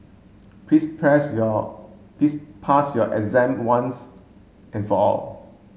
please press your please pass your exam once and for all